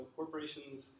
corporations